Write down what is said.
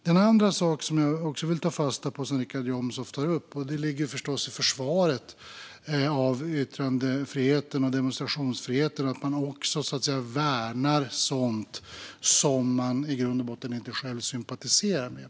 Den andra sak som jag också vill ta fasta på, som Richard Jomshof tar upp, är att det förstås ligger i försvaret av yttrandefriheten och demonstrationsfriheten att man också värnar sådant som man i grund och botten inte själv sympatiserar med.